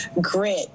grit